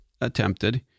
attempted